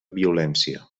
violència